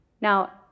Now